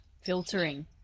Filtering